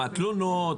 תלונות?